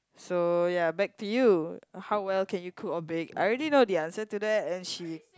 so ya back to you how well can you cook or bake I already know the answer to that and she